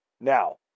Now